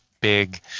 big